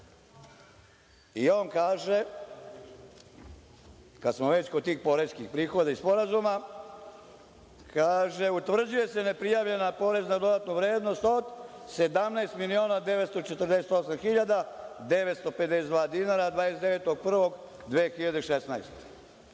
i on kaže, kada smo već kod tih poreskih prihoda i sporazuma, kaže – utvrđuje se ne prijavljen porez na dodatu vrednost od 17.948.952 dinara, 29.